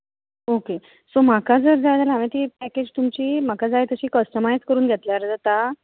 okay so म्हाका जर जाय जाल्यार हांवें ती पॅकेज तुमची म्हाका जाय तशी कस्टमायज करून घेतल्यार जाता